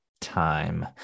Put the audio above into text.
time